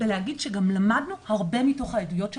בלהגיד שגם למדנו הרבה מתוך העדויות של